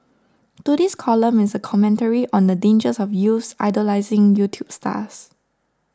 today's column is a commentary on the dangers of youths idolising YouTube stars